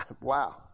Wow